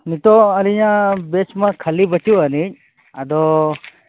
ᱱᱤᱛᱚᱜ ᱟᱹᱞᱤᱧᱟᱹᱜ ᱵᱮᱪᱢᱟ ᱠᱷᱟᱹᱞᱤ ᱵᱟᱹᱪᱩᱜ ᱟᱹᱱᱤᱡ ᱟᱫᱚ